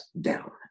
down